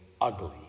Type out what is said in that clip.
ugly